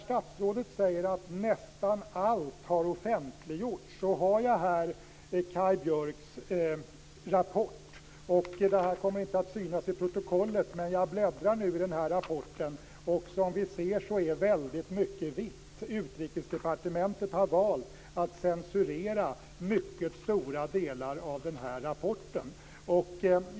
Statsrådet säger att nästan allt har offentliggjorts. Jag har här Kaj Björks rapport. Det kommer inte att synas i protokollet, men jag bläddrar nu i rapporten. Som vi ser är det väldigt mycket vitt. Utrikesdepartementet har valt att censurera mycket stora delar av rapporten.